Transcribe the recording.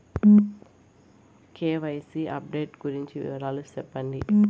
KYC update గురించి వివరాలు సెప్పండి?